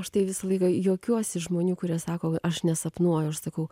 aš tai visą laiką juokiuosi iš žmonių kurie sako va aš nesapnuoju aš sakau